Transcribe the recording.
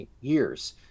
years